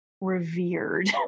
revered